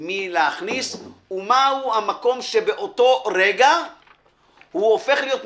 מלהכניס ומה הוא המקום שבאותו רגע הוא הופך להיות מכשול,